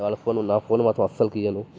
వాళ్ళ ఫోను నా ఫోన్ మాత్రం అసలుకు ఇవ్వను